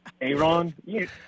Aaron